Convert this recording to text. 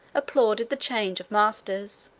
applauded the change of masters.